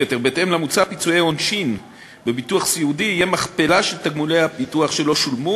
פיצוי עונשי בביטוח סיעודי יהיה מכפלה של תגמולי הביטוח שלא שולמו.